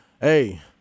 hey –